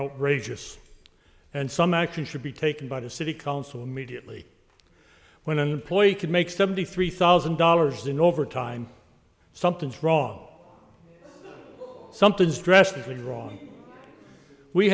outrageous and some action should be taken by the city council immediately when an employee could make seventy three thousand dollars in overtime something's wrong something's drastically wrong we